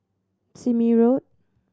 Sime Road